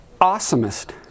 awesomest